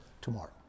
tomorrow